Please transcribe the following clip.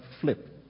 flip